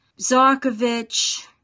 Zarkovich